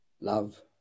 love